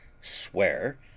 swear